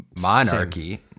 monarchy